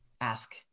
ask